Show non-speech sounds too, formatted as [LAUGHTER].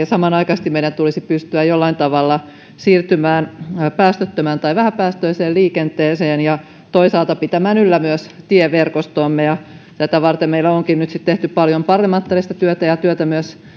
[UNINTELLIGIBLE] samanaikaisesti meidän tulisi pystyä jollain tavalla siirtymään päästöttömään tai vähäpäästöiseen liikenteeseen ja toisaalta pitämään yllä myös tieverkostoamme tätä varten meillä onkin nyt sitten tehty paljon parlamentaarista työtä ja työtä myös